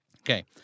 Okay